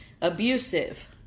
Abusive